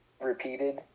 Repeated